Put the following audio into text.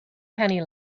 penny